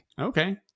Okay